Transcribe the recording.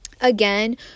again